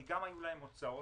גם היו להן הוצאות.